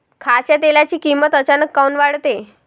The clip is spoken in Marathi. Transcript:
खाच्या तेलाची किमत अचानक काऊन वाढते?